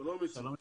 שלום, איציק.